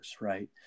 right